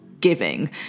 giving